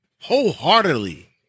wholeheartedly